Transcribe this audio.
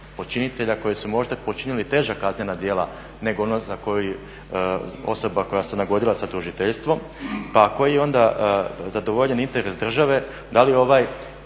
počinitelja koji su možda počinili teža kaznena djela nego ono za koje osoba koja se nagodila sa tužiteljstvom. Pa koji je onda zadovoljen interes države? Da li ovaj